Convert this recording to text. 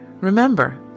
Remember